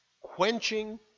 quenching